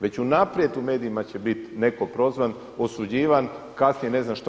Već unaprijed u medijima će biti neko prozvan, osuđivan kasnije ne znam što